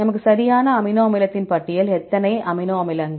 நமக்கு சரியான அமினோ அமிலத்தின் பட்டியல் எத்தனை அமினோ அமிலங்கள்